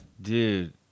Dude